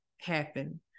happen